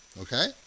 Okay